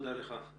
תודה לך.